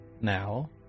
now